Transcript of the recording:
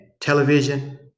television